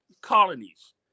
colonies